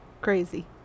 crazy